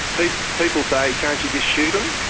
people people say can't you just shoot them.